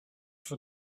for